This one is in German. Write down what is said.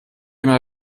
immer